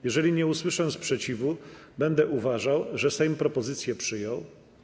Jeżeli nie usłyszę sprzeciwu, będę uważał, że Sejm propozycję przyjął.